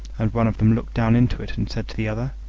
and one of them looked down into it, and said to the other,